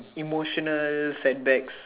emotional setbacks